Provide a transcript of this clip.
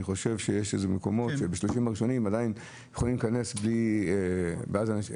אני חושב שהמגיעים הראשונים עדיין יכולים להיכנס בלי תור.